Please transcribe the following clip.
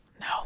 no